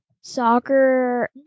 soccer